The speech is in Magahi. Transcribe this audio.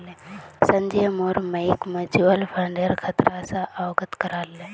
संजय मोर मइक म्यूचुअल फंडेर खतरा स अवगत करा ले